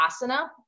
asana